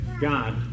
God